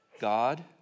God